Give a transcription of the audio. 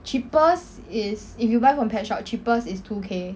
cheapest is if you buy from pet shops cheapest is two k